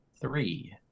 Three